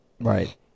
Right